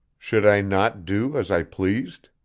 should i not do as i pleased?